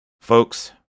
Folks